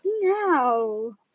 No